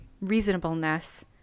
reasonableness